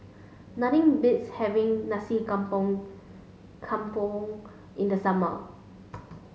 nothing beats having Nasi Campur in the summer